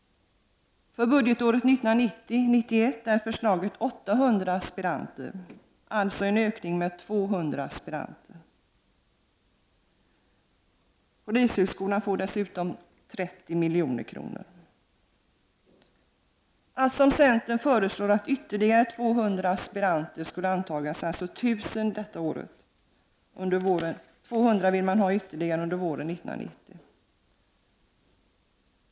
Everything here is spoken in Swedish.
För budgetåret 1990/91 är förslaget 800 aspiranter — således en ökning med 200 aspiranter. Polishögskolan får dessutom 30 milj.kr. Centern föreslår att ytterligare 200 aspiranter skall antas under våren 1990, dvs. 1 000 detta år.